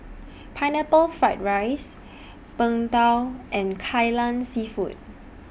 Pineapple Fried Rice Png Tao and Kai Lan Seafood